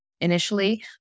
initially